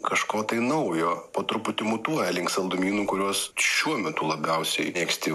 kažko tai naujo po truputį mutuoja link saldumynų kuriuos šiuo metu labiausiai mėgsti